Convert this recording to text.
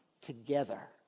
together